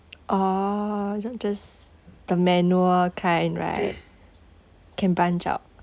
oh j~ just the manual kind right can punch out